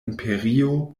imperio